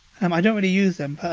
um i don't really use them,